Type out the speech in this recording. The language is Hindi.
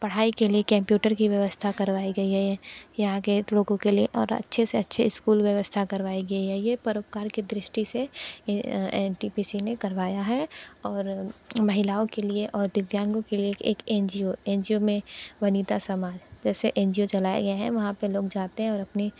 पढाई के लिए कंप्यूटर की व्यवस्था करवाई गई हैं यहाँ के लोगों के लिए और अच्छे से अच्छे स्कूल व्यवस्था करवाई गई है ये परोपकार की दृष्टी से ये एन टी पी सी ने करवाया हैं और महिलाओं के लिए और दिव्यांगों के लिए एक N G O N G O में वनिता समाल जैसे एन जी ओ चलाये गये हैं वहां पर लोग जाते हैं और अपने